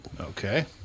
Okay